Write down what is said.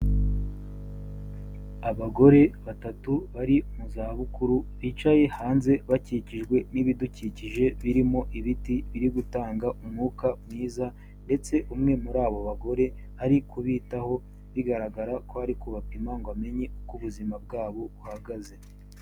Abagore batatu bari mu zabukuru, bicaye hanze bakikijwe n'ibidukikije birimo ibiti biri gutanga umwuka mwiza ndetse umwe muri abo bagore ari kubitaho, bigaragara ko ari kubapima ngo amenye uko ubuzima bwabo buhagaze.